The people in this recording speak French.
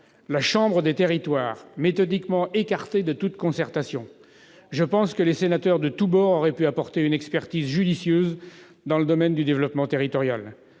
chambre des territoires, être méthodiquement écarté de toute concertation. Je pense que les sénateurs de tous bords auraient pu apporter une expertise judicieuse dans le domaine du développement territorial.